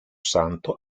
santo